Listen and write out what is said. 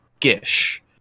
Gish